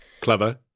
Clever